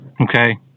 Okay